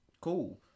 cool